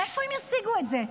מאיפה הם ישיגו את זה?